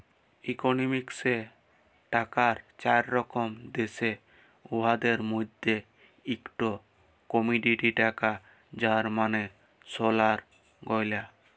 ইকলমিক্সে টাকার চার রকম দ্যাশে, উয়াদের মইধ্যে ইকট কমডিটি টাকা যার মালে সলার গয়লা ইত্যাদি